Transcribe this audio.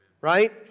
Right